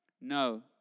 No